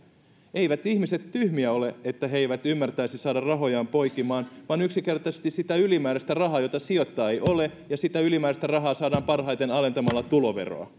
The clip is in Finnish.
eivät ihmiset tyhmiä ole että he eivät ymmärtäisi saada rahojaan poikimaan vaan yksinkertaisesti sitä ylimääräistä rahaa jota sijoittaa ei ole ja sitä ylimääräistä rahaa saadaan parhaiten alentamalla tuloveroa